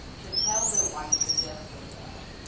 to tell them why you suggested them to us.